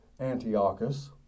Antiochus